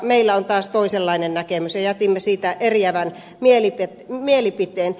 meillä on taas toisenlainen näkemys ja jätimme siitä eriävän mielipiteen